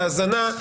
האזנה,